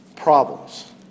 problems